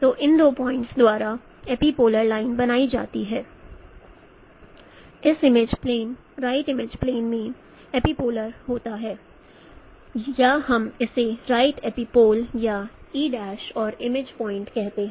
तो इन दो पॉइंट्स द्वारा एपीपोलर लाइन बनाई जाती है एक image plane right image plane में एपीपोल होता है या हम इसे राइट एपिपोल या e' और इमेज पॉइंट कहते हैं